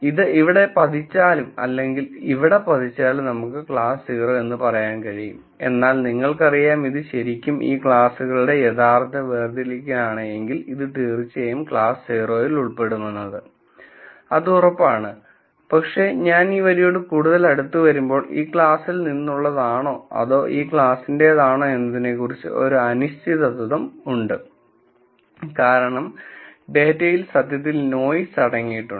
ഇത് ഇവിടെ പതിച്ചാലും അല്ലെങ്കിൽ ഇവിടെ പതിച്ചാലും നമ്മൾക്ക് ക്ലാസ് 0 എന്ന് പറയാൻ കഴിയും എന്നാൽ നിങ്ങൾക്കറിയാം ഇത് ശരിക്കും ഈ ക്ലാസുകളുടെ യഥാർത്ഥ വേർതിരിക്കലാണെങ്കിൽ ഇത് തീർച്ചയായും ക്ലാസ് 0 ൽ ഉൾപ്പെടുമെന്നത് അത് ഉറപ്പാണ് പക്ഷേ ഞാൻ ഈ വരിയോട് കൂടുതൽ അടുത്ത് വരുമ്പോൾ ഈ ക്ലാസ്സിൽ നിന്നുള്ളതാണോ അതോ ഈ ക്ലാസ്സിന്റെതാണോ എന്നതിനെക്കുറിച്ച് ഒരു അനിശ്ചിതത്വം ഉണ്ട് കാരണം ഡേറ്റയിൽ സത്യത്തിൽ നോയിസ് അടങ്ങിയിട്ടുണ്ട്